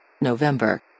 November